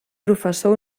professor